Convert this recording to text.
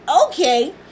okay